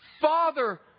Father